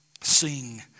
sing